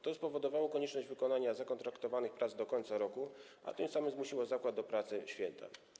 To spowodowało konieczność wykonania zakontraktowanych prac do końca roku, a tym samym zmusiło zakład do pracy w święta.